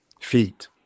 feet